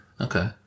Okay